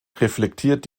reflektiert